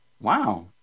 Wow